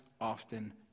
often